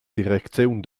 direcziun